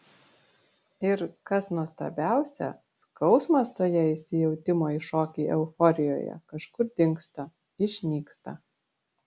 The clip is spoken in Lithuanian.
ir kas nuostabiausia skausmas toje įsijautimo į šokį euforijoje kažkur dingsta išnyksta